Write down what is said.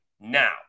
now